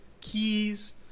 keys